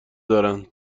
دارن